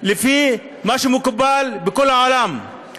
לפי מה שמקובל בכל העולם,